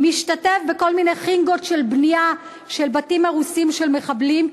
משתתף בכל מיני חנגות של בנייה של בתים הרוסים של מחבלים,